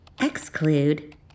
Exclude